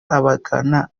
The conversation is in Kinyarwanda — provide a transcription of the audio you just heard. abagana